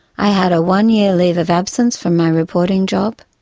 i had a one year leave of absence from my reporting job,